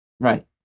right